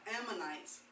Ammonites